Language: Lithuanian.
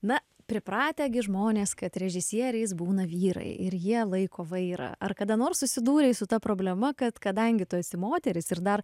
na pripratę gi žmonės kad režisieriais būna vyrai ir jie laiko vairą ar kada nors susidūrei su ta problema kad kadangi tu esi moteris ir dar